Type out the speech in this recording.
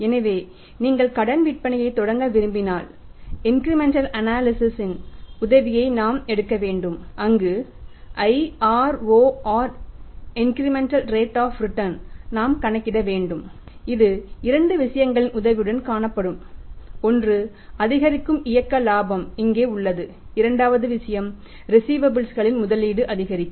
எனவே நீங்கள் கடன் விற்பனையைத் தொடங்க விரும்பினால் இன்கிரிமெண்டல் அனாலிசிஸ் களில் முதலீடு அதிகரிக்கும்